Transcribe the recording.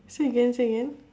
say again say again